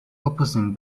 opposing